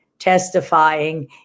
testifying